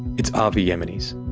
it's avi yemini's.